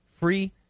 free